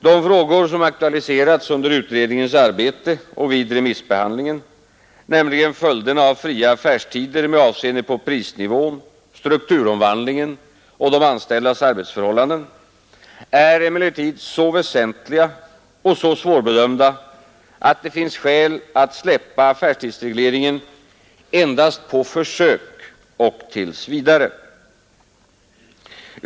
De frågor som aktualiserats under utredning ens arbete och vid remissbehandlingen, nämligen följderna av fria affärstider med avseende på prisnivån, strukturomvandlingen och de anställdas arbetsförhållanden, är emellertid så väsentliga och så svårbedömda att det finns skäl att släppa affärstidsregleringen endast på försök och tills vidare.